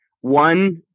one